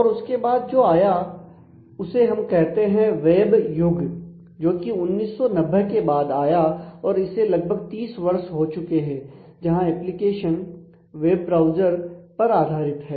और उसके बाद जो आया उसे हम कहते हैं वेब युग जो की 1990 के बाद आया इसे लगभग 30 वर्ष हो चुके हैं जहां एप्लीकेशन वेब ब्राउज़र पर आधारित है